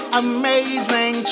amazing